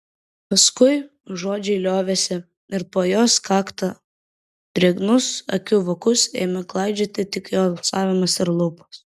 paskui žodžiai liovėsi ir po jos kaktą drėgnus akių vokus ėmė klaidžioti tik jo alsavimas ir lūpos